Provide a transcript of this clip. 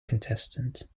contestant